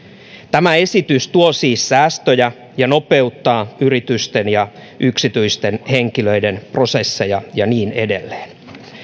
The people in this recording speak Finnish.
tämä esitys tuo siis säästöjä ja nopeuttaa yritysten ja yksityisten henkilöiden prosesseja ja niin edelleen